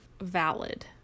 valid